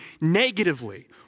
negatively